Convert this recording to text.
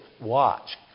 Watch